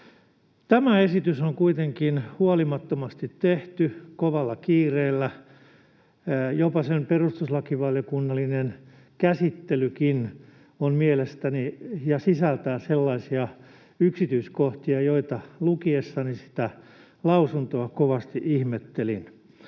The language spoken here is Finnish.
Tämä esitys on kuitenkin tehty huolimattomasti kovalla kiireellä. Jopa sen perustuslakivaliokunnallinen käsittelykin mielestäni sisältää sellaisia yksityiskohtia, joita lukiessani sitä lausuntoa kovasti ihmettelin.